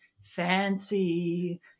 fancy